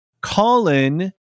Colin